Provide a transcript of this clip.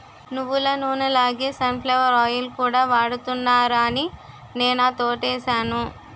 నువ్వులనూనె లాగే sunflower oil కూడా వాడుతున్నారాని నేనా తోటేసాను